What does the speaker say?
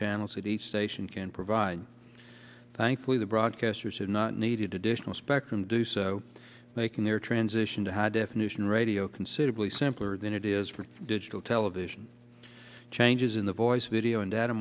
channels that each station can provide thankfully the broadcasters have not needed additional spectrum do so making their transition to high definition radio considerably simpler than it is for digital television changes in the voice video and data